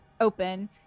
open